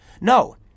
No